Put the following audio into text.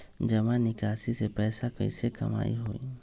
जमा निकासी से पैसा कईसे कमाई होई?